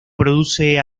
produce